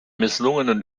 misslungenen